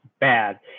bad